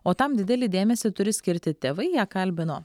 o tam didelį dėmesį turi skirti tėvai ją kalbino